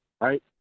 right